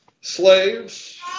Slaves